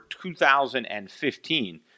2015